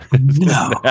no